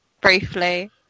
briefly